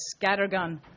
scattergun